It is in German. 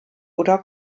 oder